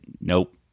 Nope